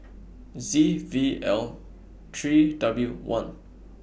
Z V L three W one